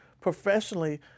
professionally